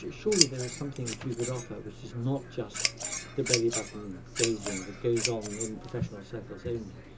surely there is something which you would offer which is not just the bellybutton gazing that goes on in professional circles only.